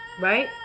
right